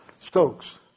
Stokes